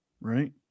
right